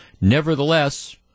Nevertheless